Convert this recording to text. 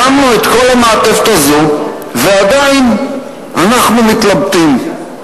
שמנו את כל המעטפת הזאת, ועדיין אנחנו מתלבטים.